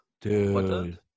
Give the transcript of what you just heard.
Dude